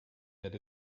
that